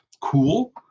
cool